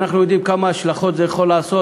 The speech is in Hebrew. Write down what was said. אנחנו יודעים כמה השלכות יכולות להיות לזה.